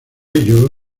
ello